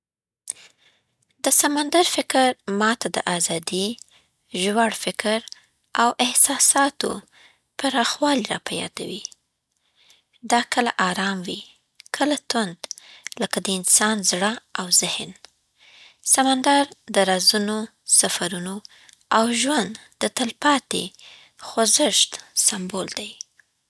د سمندر فکر ما ته د ازادۍ، ژور فکر، او احساساتو پراخوالی راپه یادوي. دا کله ارام وي، کله توند، لکه د انسان زړه او ذهن. سمندر د رازونو، سفرونو، او ژوند د تلپاتې خوځښت سمبول دی.